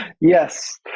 Yes